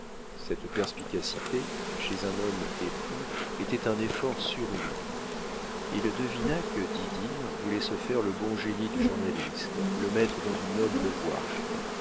cette perspicacité chez un homme épris était un effort surhumain il devina que didine voulait se faire le bon génie du journaliste le mettre dans une noble voie